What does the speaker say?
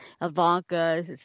Ivanka